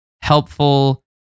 helpful